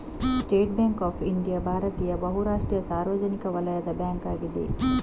state Bank of India ಭಾರತೀಯ ಬಹು ರಾಷ್ಟ್ರೀಯ ಸಾರ್ವಜನಿಕ ವಲಯದ ಬ್ಯಾಂಕ್ ಅಗಿದೆ